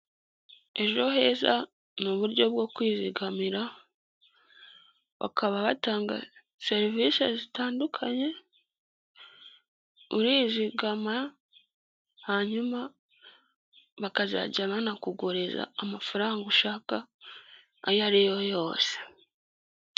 Ejo heza ni uburyo bwo kwizigamira bakaba batanga serivisi zitandukanye, urizigama hanyuma bakazajya banakuguriza amafaranga ushaka ayo ariyo yose.